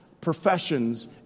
professions